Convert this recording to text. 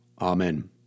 Amen